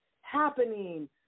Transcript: happening